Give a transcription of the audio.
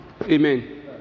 Amen